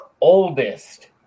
oldest